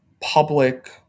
public